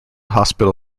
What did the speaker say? hospital